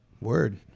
Word